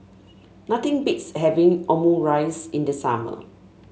nothing beats having Omurice in the summer